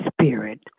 spirit